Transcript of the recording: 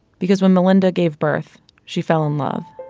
because when melynda gave birth she fell in love